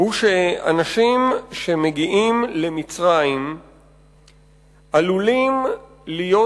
שאנשים שמגיעים למצרים עלולים להיות